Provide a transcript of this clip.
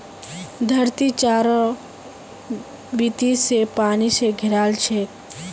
धरती चारों बीती स पानी स घेराल छेक